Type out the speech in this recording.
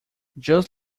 just